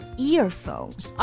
earphones